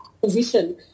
position